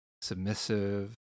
submissive